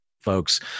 folks